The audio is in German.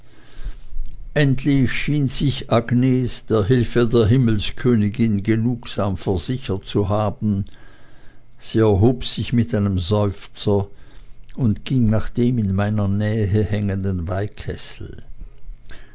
endlich schien agnes sich der hilfe der himmelskönigin genugsam versichert zu haben sie erhob sich mit einem seufzer und ging nach dem in meiner nähe hängenden weihkessel